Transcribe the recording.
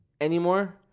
anymore